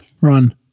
run